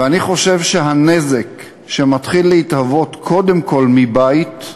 ואני חושב שהנזק שמתחיל להתהוות קודם כול מבית,